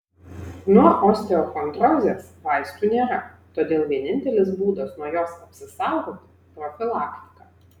nuo osteochondrozės vaistų nėra todėl vienintelis būdas nuo jos apsisaugoti profilaktika